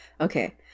Okay